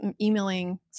emailing